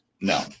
No